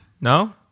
no